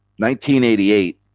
1988